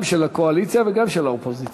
גם של הקואליציה וגם של האופוזיציה.